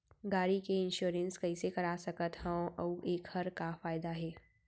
गाड़ी के इन्श्योरेन्स कइसे करा सकत हवं अऊ एखर का फायदा हे?